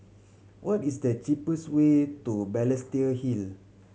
what is the cheapest way to Balestier Hill